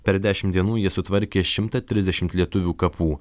per dešim dienų jie sutvarkė šimtą trisdešimt lietuvių kapų